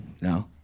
no